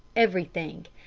everything.